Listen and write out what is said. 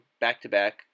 back-to-back